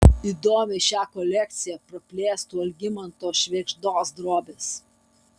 įdomiai šią kolekciją praplėstų algimanto švėgždos drobės